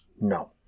No